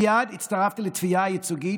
מייד הצטרפתי לתביעה הייצוגית,